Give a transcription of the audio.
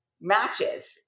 matches